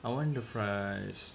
I want the fries